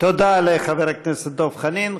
תודה לחבר הכנסת דב חנין.